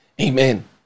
Amen